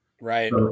Right